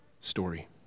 story